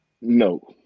No